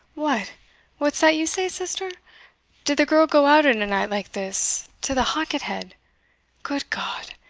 what what's that you say, sister did the girl go out in a night like this to the halket-head good god!